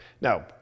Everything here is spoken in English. Now